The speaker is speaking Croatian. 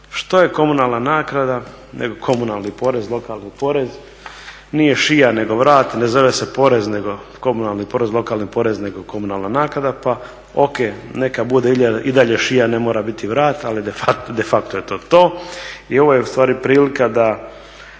što je komunalna naknada nego komunalni porez, lokalni porez, nije šija nego vrat, ne zove se porez nego komunalni porez, lokalni porez, nego komunalna naknada. Pa O.K, neka bude i dalje šija ne mora biti vrat ali defacto je to to. I ovo je ustvari prilika da